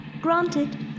Granted